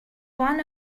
one